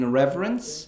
reverence